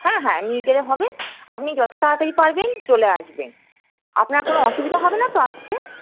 হ্যাঁ হ্যাঁ নিয়ে গেলে হবে আপনি যত তাড়াতাড়ি পারবেন চলে আসবেন আপনার কোনো অসুবিধা হবে না তো আসতে